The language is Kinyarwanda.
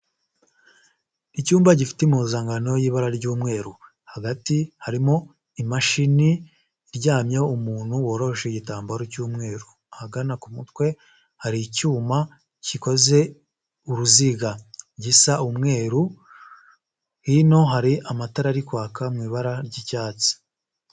Icyumba gifite impuzankano y'ibara ry'umweru, hagati harimo imashini iryamyeho umuntu woroshe igitambaro cy'umweru, ahagana ku mutwe hari icyuma gikoze uruziga gisa umweru, hino hari amatara ari kwaka mu ibara ry'icyatsi.